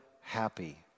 happy